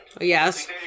Yes